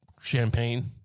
champagne